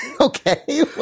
okay